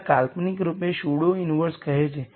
હવે આ કાલ્પનિક રૂપે સ્યુડો ઈન્વર્સ કહે છે